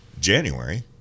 January